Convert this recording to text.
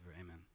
Amen